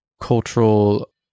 cultural